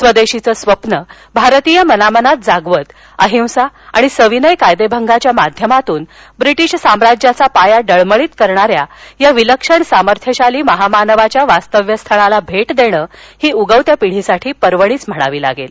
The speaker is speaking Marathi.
स्वदेशीचं स्वप्न भारतीय मनामनात जागवित अहिंसा आणि सविनय कायदेभंगाच्या माध्यमातून ब्रिटीश साम्राज्याचा पाया डळमळीत करणाऱ्या या विलक्षण सामर्थ्यशाली महामानवाच्या वास्तव्यस्थळाला भेट देणं ही उगवत्या पिढीसाठी पर्वणीच म्हणावी लागेल